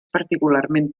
particularment